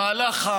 המהלך,